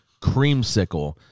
Creamsicle